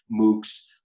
MOOCs